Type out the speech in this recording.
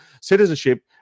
citizenship